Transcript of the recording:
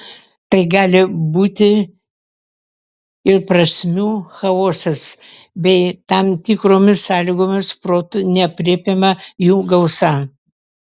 tai gali būti ir prasmių chaosas bei tam tikromis sąlygomis protu neaprėpiama jų gausa